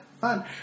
fun